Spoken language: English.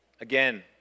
Again